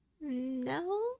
no